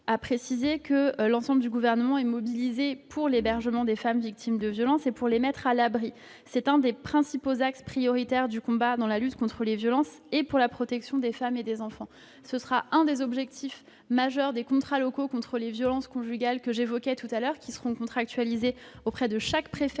à préciser que l'ensemble du Gouvernement est mobilisé pour l'hébergement des femmes victimes de violences et pour les mettre à l'abri. C'est l'un des axes prioritaires de la lutte contre les violences et pour la protection des femmes et des enfants. Ce sera l'un des objectifs majeurs des contrats locaux contre les violences conjugales que j'évoquais tout à l'heure, qui seront conclus auprès de chaque préfet,